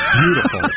beautiful